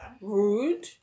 rude